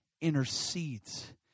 intercedes